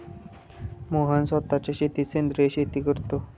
मोहन स्वतःच्या शेतात सेंद्रिय शेती करतो